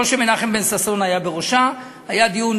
לא זו שמנחם בן-ששון היה בראשה, היה דיון